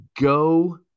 go